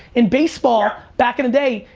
in baseball, back in the day,